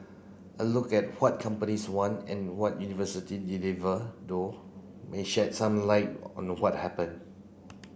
a look at what companies want and what university deliver though may shed some light on what happened